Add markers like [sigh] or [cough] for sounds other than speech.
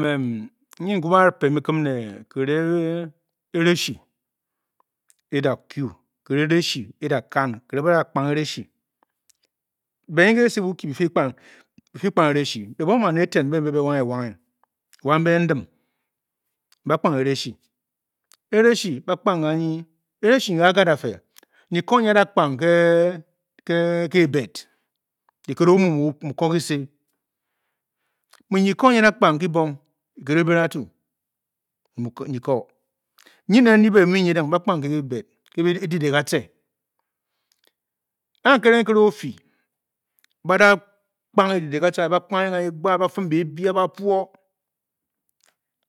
[hesitation] Nyin n kû bǎ pem kí kim ne kirem erèshǐ e-da kwru, kireng ereshi e-da kan, kireng ba-da-kpang ereshi Be nyin ke esi BOKi bí fí kpang bí fí kpang ereshí, Be. Buan bane eten mbe bě wanghewanghe wa bě ndim, ba kpang ereshi, ereshi ba kpang ya nyi, Ereshi nyi mgad afe nyi ko myi a-ra kpang ke gi bed. nyi ko nyi a-ra kpang ke-kibong kiket obiratuu [unintelligible] myi ko nyinen nyi bě bì muu nyiding bǎ kpang kě bei bed, ké edídè katce en nkere, nkere o-fii ba da kpang edided katce. anyi ba kpanghe ga nyi gbaad ba fuum bebia ba puo,